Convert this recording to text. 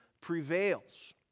prevails